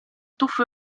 tuffo